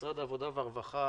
ממשרד העבודה והרווחה,